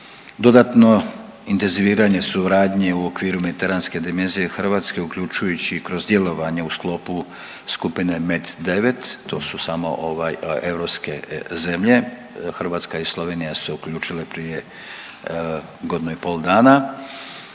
dodatno intenziviranje suradnje u okviru mediteranske dimenzije Hrvatske, uključujući kroz djelovanje u sklopu skupine MED-9, to su samo ovaj europske zemlje, Hrvatska i Slovenija su se uključile prije godinu i pol dana.